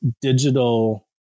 digital